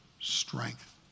strength